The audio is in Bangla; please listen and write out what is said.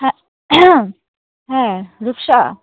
হ্যাঁ হ্যাঁ রূপসা